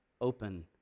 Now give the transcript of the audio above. open